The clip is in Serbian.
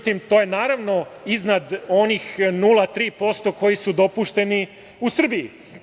To je, naravno, iznad onih 0,3% koji su dopušteni u Srbiji.